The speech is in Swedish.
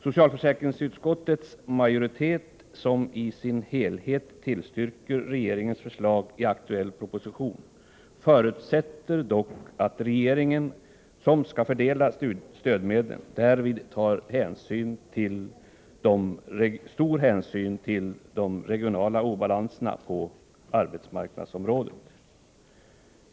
Socialförsäkringsutskottets majoritet, som tillstyrker regeringens förslag i aktuell proposition i dess helhet, förutsätter dock att regeringen vid fördelningen av stödmedlen tar stor hänsyn till de regionala obalanserna på arbetsmarknadsområdet.